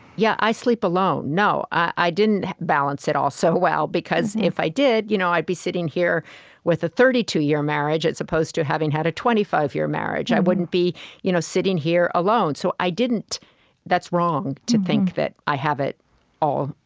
yeah, i sleep alone. no, i didn't balance it all so well, because if i did, you know i'd be sitting here with a thirty two year marriage, as opposed to having had a twenty five year marriage. i wouldn't be you know sitting here alone. so i didn't that's wrong, to think that i have it all,